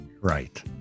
Right